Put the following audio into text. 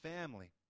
family